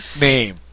name